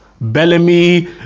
Bellamy